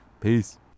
Peace